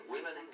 Women